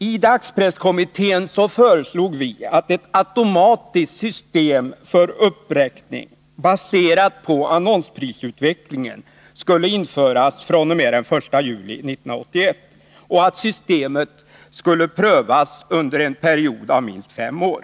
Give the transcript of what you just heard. I dagspresskommittén föreslog vi att ett automatiskt Nr 128 system för uppräkning baserat på annonsprisutvecklingen skulle införas från Torsdagen den den 1 juli 1981 och att systemet skulle prövas under en period av minst fem år.